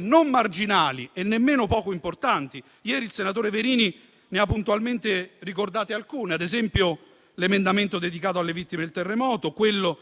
non marginali e nemmeno poco importanti. Ieri il senatore Verini ne ha puntualmente ricordate alcune: vi sono l'emendamento dedicato alle vittime del terremoto; quello